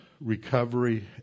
recovery